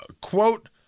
quote